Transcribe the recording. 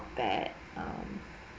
bad um